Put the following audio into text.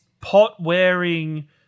pot-wearing